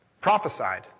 Prophesied